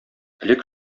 элек